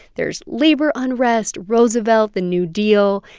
there's labor unrest, roosevelt, the new deal.